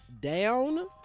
down